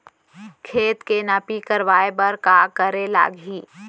खेत के नापी करवाये बर का करे लागही?